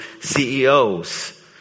CEOs